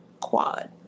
quad